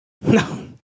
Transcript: No